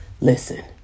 Listen